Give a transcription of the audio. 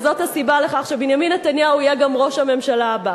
וזאת הסיבה לכך שבנימין נתניהו יהיה גם ראש הממשלה הבא.